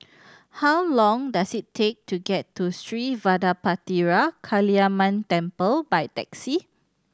how long does it take to get to Sri Vadapathira Kaliamman Temple by taxi